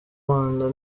manda